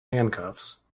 handcuffs